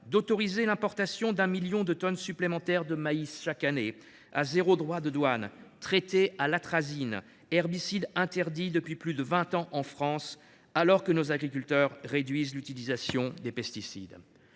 d’autoriser l’importation d’un million de tonnes supplémentaires de maïs chaque année, à zéro droit de douane, traité à l’atrazine, herbicide interdit depuis plus de vingt ans en France, alors que nos agriculteurs réduisent l’utilisation de pesticides.